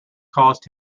caused